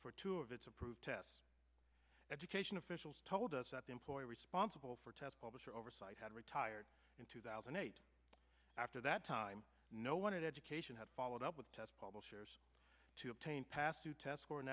for two of its approved tests education officials told us that the employer responsible for test publisher oversight had retired in two thousand and eight after that time no one in education had followed up with test publishers to obtain past two tests or an